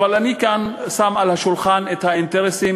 אבל אני כאן שם על השולחן את האינטרסים